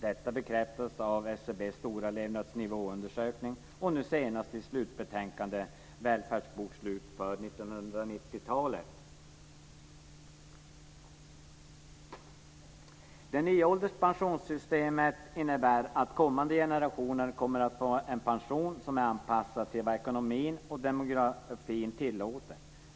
Detta bekräftas av SCB:s stora levnadsnivåundersökning och nu senast i slutbetänkandet Det nya ålderspensionssystemet innebär att kommande generationer kommer att få en pension som är anpassad till vad ekonomin och demografin tillåter.